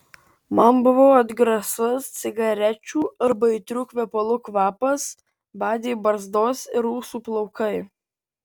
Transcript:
man buvo atgrasus cigarečių arba aitrių kvepalų kvapas badė barzdos ir ūsų plaukai